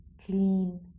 clean